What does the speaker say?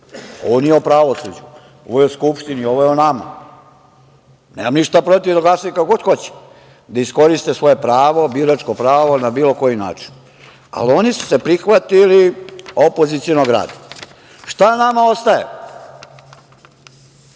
nije o pravosuđu, ovo je o Skupštini, ovo je o nama. Nemam ništa protiv da glasaju kako god hoće, da iskoriste svoje pravo, biračko pravo na bilo koji način, ali oni su se prihvatili opozicionog rada. Šta nama ostaje,